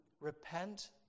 repent